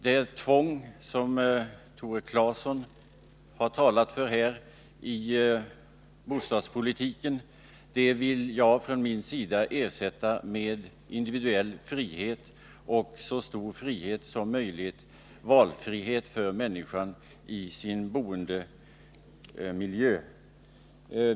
Det tvång som Tore Claeson har talat för i bostadspolitiken vill jag ersätta med individuell frihet, valfrihet för människan även i fråga om boendemiljön.